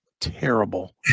Terrible